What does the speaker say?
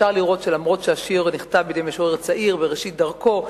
אפשר לראות שאף שהשיר נכתב בידי משורר צעיר בראשית דרכו,